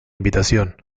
invitación